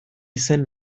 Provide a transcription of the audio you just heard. zen